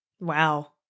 Wow